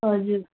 हजुर